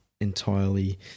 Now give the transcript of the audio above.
entirely